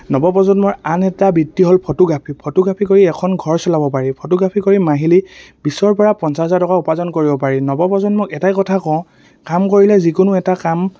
নৱপ্ৰজন্মৰ আন এটা বৃত্তি হ'ল ফটোগ্ৰাফী ফটোগ্ৰাফী কৰি এখন ঘৰ চলাব পাৰি ফটোগ্ৰাফী কৰি মাহিলী বিছৰপৰা পঞ্চাছ হাজাৰ টকা উপাৰ্জন কৰিব পাৰি নৱপ্ৰজন্মক এটাই কথা কওঁ কাম কৰিলে যিকোনো এটা কাম